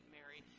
Mary